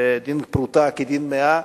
ודין פרוטה כדין מאה.